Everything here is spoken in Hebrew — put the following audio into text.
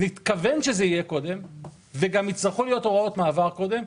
נתכוון שזה יהיה קודם וגם יצטרכו להיות הוראות מעבר קודם,